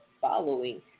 following